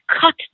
cut